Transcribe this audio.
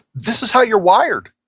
this is how you're wired.